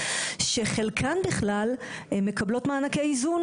שחלקן בכלל מקבלות מענקי איזון,